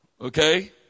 okay